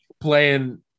playing